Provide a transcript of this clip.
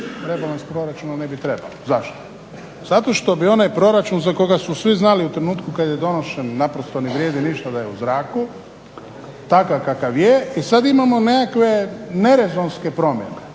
rebalans proračuna ne bi trebao. Zašto? Zato što bi onaj proračun za koga su svi znali u trenutku kad je donošen naprosto ne vrijedi ništa da je u zraku, takav kakav je i sad imamo nekakve ne rezonske promjene